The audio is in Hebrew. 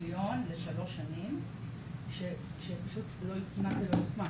לשלוש שנים שפשוט לא הותנעה ולא יושמה.